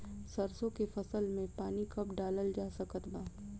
सरसों के फसल में पानी कब डालल जा सकत बा?